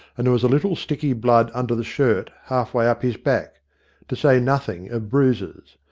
and there was a little sticky blood under the shirt half way up his back to say nothing of bruises.